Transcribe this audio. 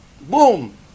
boom